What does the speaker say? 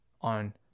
on